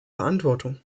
verantwortung